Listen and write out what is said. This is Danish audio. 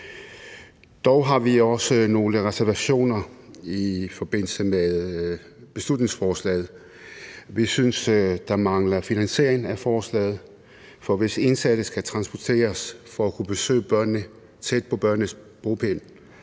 Dog har vi også nogle reservationer i forbindelse med beslutningsforslaget. Vi synes, der mangler finansiering af forslaget, for hvis indsatte skal transporteres for at kunne besøge børnene tæt på børnenes bopæl,